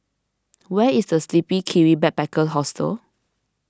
where is the Sleepy Kiwi Backpackers Hostel